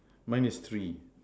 mine is three